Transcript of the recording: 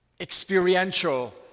experiential